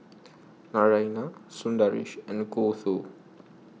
Naraina Sundaresh and Gouthu